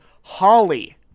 Holly